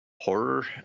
horror